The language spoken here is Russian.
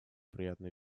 приятно